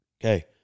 Okay